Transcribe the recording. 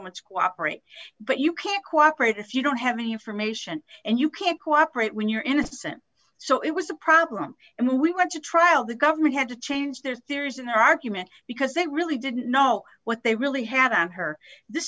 to cooperate but you can't cooperate if you don't have any information and you can't cooperate when you're innocent so it was a problem and we went to trial the government had to change their theories in their argument because they really didn't know what they really had on her this